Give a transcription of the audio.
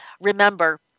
Remember